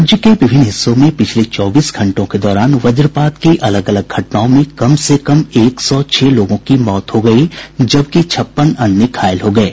राज्य के विभिन्न हिस्सों में पिछले चौबीस घंटों के दौरान वज्रपात की अलग अलग घटनाओं में कम से कम एक सौ छह लोगों की मौत हो गयी जबकि छप्पन अन्य घायल हो गये